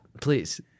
please